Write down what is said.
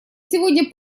сегодня